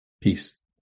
peace